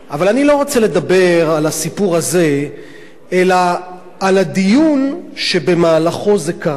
אבל אני לא רוצה לדבר על הסיפור הזה אלא על הדיון שבמהלכו זה קרה,